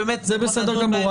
זה בסדר גמור.